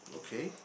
okay